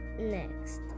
next